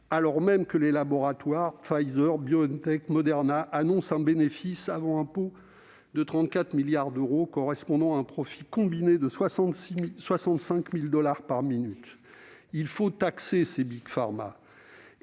ce temps, les laboratoires Pfizer, BioNTech et Moderna annoncent un bénéfice annuel avant impôts de 34 milliards d'euros, correspondant à un profit combiné de 65 000 dollars par minute. Il faut taxer les Big Pharma